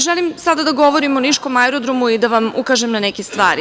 Želim sada da govorim o niškom aerodromu i da vam ukažem na neke stvari.